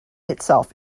itself